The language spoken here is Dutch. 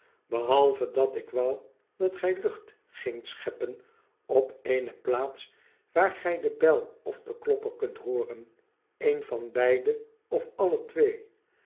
behalve dat ik wou dat gij lucht gingt scheppen op eene plaats waar gij de bel of den klopper kunt hooren een van beide of alle twee